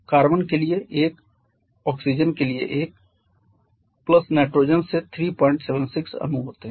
carbon के लिए 1 oxygen के लिए 1 नाइट्रोजन से 376 अणु होते है